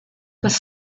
was